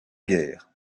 guerre